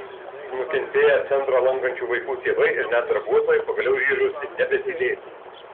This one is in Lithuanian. nukentėję centrą lankančių vaikų tėvai ir net darbuotojai pagaliau ryžosi nebetylėti